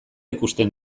ikusten